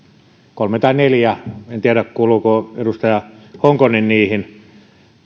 kolme tai neljä en tiedä kuuluuko edustaja honkonen niihin